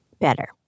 better